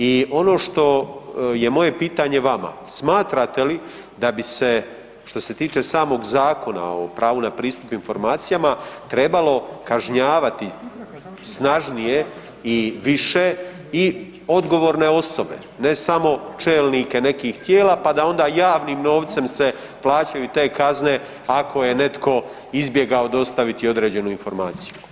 I ono što je moje pitanje vama, smatrate li da bi se, što se tiče samog Zakona o pravu na pristup informacijama, trebalo kažnjavati snažnije i više i odgovorne osobe, ne samo čelnike nekih tijela pa da onda javnim novcem se plaćaju te kazne kao je netko izbjegao dostaviti određenu informaciju?